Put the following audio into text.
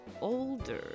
older